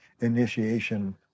initiation